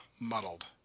muddled